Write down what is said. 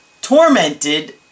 tormented